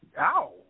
Ow